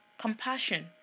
compassion